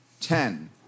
ten